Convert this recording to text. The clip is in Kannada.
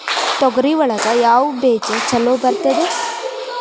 ತೊಗರಿ ಒಳಗ ಯಾವ ಬೇಜ ಛಲೋ ಬರ್ತದ?